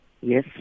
Yes